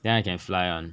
then I can fly one